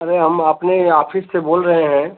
अरे हम अपने आफिस से बोल रहे हैं